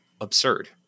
absurd